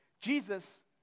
Jesus